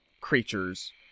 creatures